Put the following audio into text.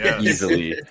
Easily